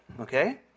okay